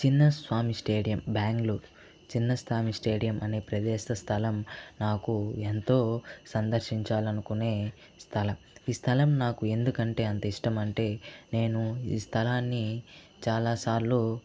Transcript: చిన్న స్వామి stadium Bangalore Chinnaswamy stadium అనే ప్రదేశ స్థలం నాకు ఎంతో సందర్శించాలనుకునే స్థలం ఈ స్థలం నాకు ఎందుకంటే అంత ఇష్టమంటే నేను ఈ స్థలాన్ని చాలాసార్లు